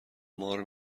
مار